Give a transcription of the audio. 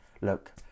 look